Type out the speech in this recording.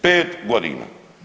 5 godina.